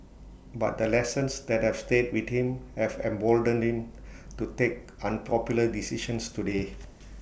but the lessons that have stayed with him have emboldened him to take unpopular decisions today